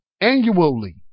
annually